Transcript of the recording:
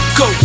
go